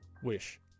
Wish